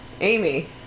Amy